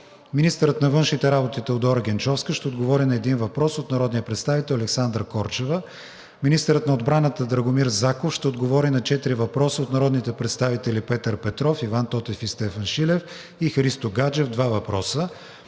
министърът на външните работи Теодора Генчовска ще отговори на един въпрос от народния представител Александра Корчева; - министърът на отбраната Драгомир Заков ще отговори на четири въпроса от народните представители Петър Петров; Иван Тотев и Стефан Шилев; и Христо Гаджев – два въпроса;